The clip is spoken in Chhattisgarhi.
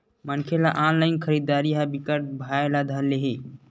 मनखे ल ऑनलाइन खरीदरारी ह बिकट भाए ल धर ले हे